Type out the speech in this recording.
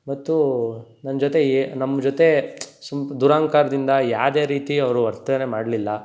ಮತ್ತು ನನ್ನ ಜೊತೆ ಎ ನಮ್ಮ ಜೊತೆ ಸ್ವಲ್ಪ ದುರಹಂಕಾರದಿಂದ ಯಾವುದೇ ರೀತಿ ಅವರು ವರ್ತನೆ ಮಾಡಲಿಲ್ಲ